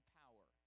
power